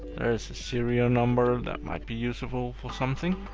there is a serial number. that might be usable for something.